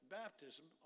baptism